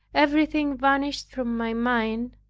everything vanished from my mind,